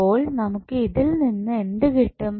അപ്പോൾ നമുക്ക് ഇതിൽ നിന്ന് എന്ത് കിട്ടും